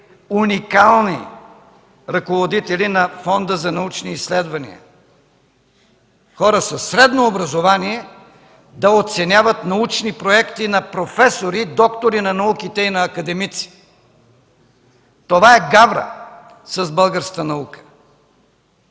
уникални ръководители на Фонд „Научни изследвания”! Хора със средно образование да оценяват научни проекти на професори, доктори на науките и на академици – това е гавра с българската наука!